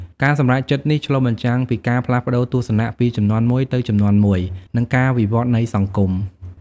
ការសម្រេចចិត្តនេះឆ្លុះបញ្ចាំងពីការផ្លាស់ប្តូរទស្សនៈពីជំនាន់មួយទៅជំនាន់មួយ និងការវិវឌ្ឍន៍នៃសង្គម។